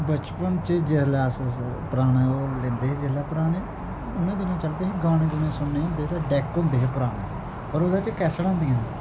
बचपन च जिसलै अस सर पराने ओह् लिंदे हे जिल्लै पराने उनें दिनें चलदे हे गाने गुने सुनने होंदे हे ते डैक होंदे हे पराने और ओह्दे च कैसेटां होंदियां हियां